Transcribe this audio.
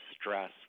stress